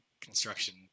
construction